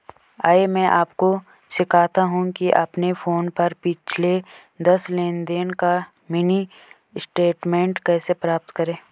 आइए मैं आपको सिखाता हूं कि अपने फोन पर पिछले दस लेनदेन का मिनी स्टेटमेंट कैसे प्राप्त करें